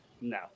No